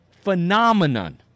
phenomenon